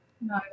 No